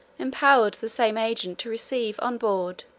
empowered the same agent to receive on board,